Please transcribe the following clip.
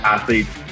athletes